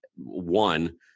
one